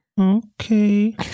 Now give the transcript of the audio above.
Okay